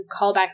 callbacks